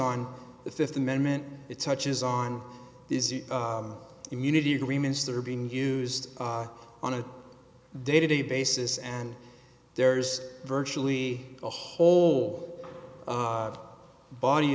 on the fifth amendment it touches on the immunity agreements that are being used on a day to day basis and there's virtually a whole body